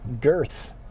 girths